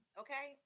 okay